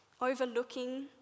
Overlooking